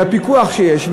בפיקוח שיש,